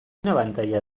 abantaila